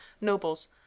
nobles